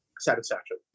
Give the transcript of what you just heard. Satisfaction